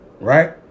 Right